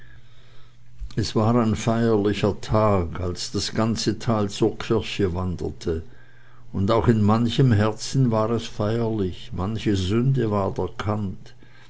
es war ein feierlicher tag als das ganze tal zur kirche wanderte und auch in manchem herzen war es feierlich manche sünde ward